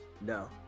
No